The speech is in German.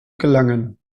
gelangen